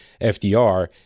fdr